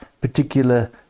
particular